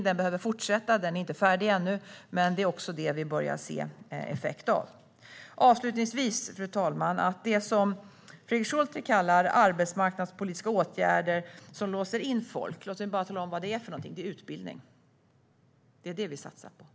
Den är inte färdig ännu utan behöver fortsätta, men det är den vi börjar se effekt av. Fru talman! Låt mig tala om vad det är Fredrik Schulte beskriver som arbetsmarknadspolitiska åtgärder som låser in folk. Det är utbildning. Det är det vi satsar på.